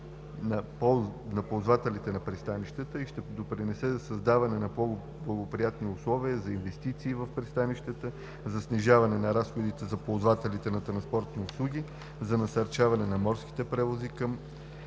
на ползвателите на пристанищата, и ще допринесе за създаване на по-благоприятни условия за инвестиции в пристанищата, за снижаване на разходите за ползвателите на транспортни услуги, за насърчаване на морските превози на